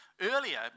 earlier